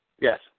Yes